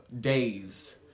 days